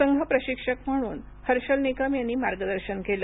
संघ प्रशिक्षक म्हणून हर्षल निकम यांनी मार्गदर्शन केलं